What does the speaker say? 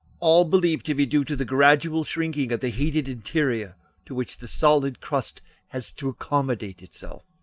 all believed to be due to the gradual shrinking of the heated interior to which the solid crust has to accommodate itself,